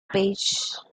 page